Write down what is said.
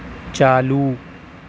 چالو